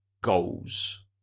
goals